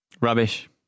Rubbish